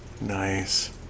nice